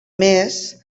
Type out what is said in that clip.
més